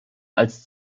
als